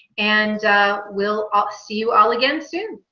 and we'll i'll see you all again soon.